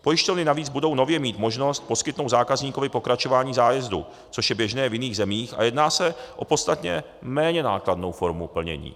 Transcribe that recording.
Pojišťovny navíc budou nově mít možnost poskytnout zákazníkovi pokračování zájezdu, což je běžné i v jiných zemích, a jedná se o podstatně méně nákladnou formu plnění.